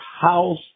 house